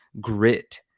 grit